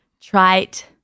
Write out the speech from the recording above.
trite